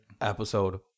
episode